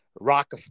Rock